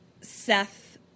Seth